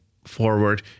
Forward